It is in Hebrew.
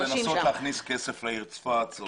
לנסות להכניס כסף לעיר צפת.